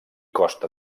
costa